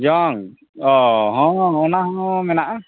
ᱡᱚᱝ ᱳᱻ ᱦᱮᱸ ᱚᱱᱟ ᱦᱚᱸ ᱢᱮᱱᱟᱜᱼᱟ